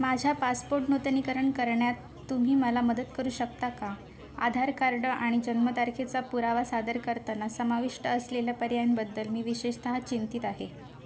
माझ्या पासपोर्ट नूतनीकरण करण्यात तुम्ही मला मदत करू शकता का आधार कार्ड आणि जन्मतारखेचा पुरावा सादर करताना समाविष्ट असलेल्या पर्यार्यांबद्दल मी विशेषतः चिंतित आहे